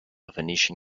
venetian